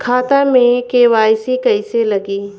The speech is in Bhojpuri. खाता में के.वाइ.सी कइसे लगी?